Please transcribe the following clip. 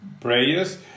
prayers